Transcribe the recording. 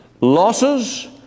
losses